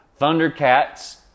Thundercats